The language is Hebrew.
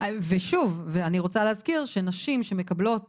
ושוב, אני רוצה להזכיר שנשים שמקבלות